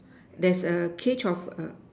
there's a cage of a